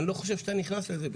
אני לא חושב שאתה נכנס לזה בכלל.